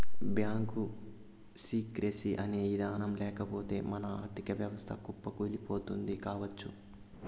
bank secrecy అనే ఇదానం లేకపోతె మన ఆర్ధిక వ్యవస్థ కుప్పకూలిపోతుంది కావచ్చు